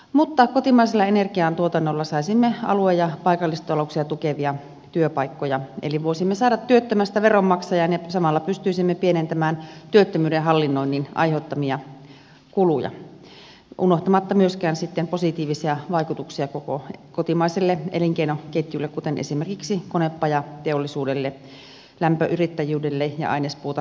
mutta kotimaisella energiantuotannolla saisimme alue ja paikallistalouksia tukevia työpaikkoja eli voisimme saada työttömästä veronmaksajan ja samalla pystyisimme pienentämään työttömyyden hallinnoinnin aiheuttamia kuluja unohtamatta myöskään sitten positiivisia vaikutuksia koko kotimaiselle elinkeinoketjulle kuten esimerkiksi konepajateollisuudelle lämpöyrittäjyydelle ja ainespuuta käyttävälle teollisuudelle